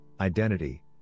identity